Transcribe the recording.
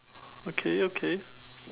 okay okay